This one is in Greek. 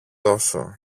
δώσω